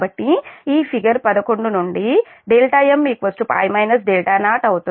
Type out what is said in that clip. కాబట్టి ఈ ఫిగర్ 11 నుండి δm π 0 అవుతుంది